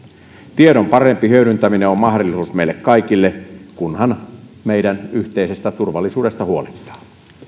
tiedon parempi hyödyntäminen on mahdollisuus meille kaikille kunhan meidän yhteisestä turvallisuudestamme huolehditaan